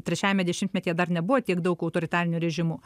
trečiajame dešimtmetyje dar nebuvo tiek daug autoritarinių režimų